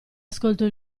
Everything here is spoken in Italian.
ascoltò